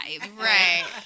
right